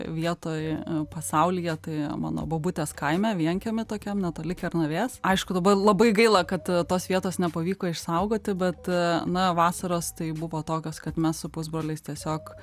vietoj pasaulyje tai mano bobutės kaime vienkiemy tokiam netoli kernavės aišku dabar labai gaila kad tos vietos nepavyko išsaugoti bet na vasaros tai buvo tokios kad mes su pusbroliais tiesiog